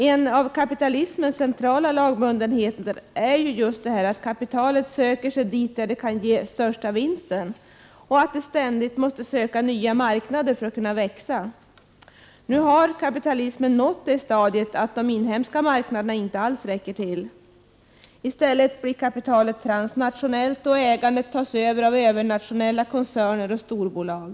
En av kapitalismens centrala lagbundenheter är just att kapitalet söker sig dit där det kan ge största vinsten och att det ständigt måste söka nya marknader för att kunna växa. Nu har kapitalismen nått det stadiet att de inhemska marknaderna inte alls räcker till. I stället blir kapitalet transnationellt, och ägandet tas över av övernationella koncerner och storbolag.